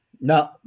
No